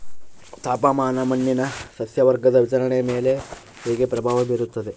ತಾಪಮಾನ ಮಣ್ಣಿನ ಸಸ್ಯವರ್ಗದ ವಿತರಣೆಯ ಮೇಲೆ ಹೇಗೆ ಪ್ರಭಾವ ಬೇರುತ್ತದೆ?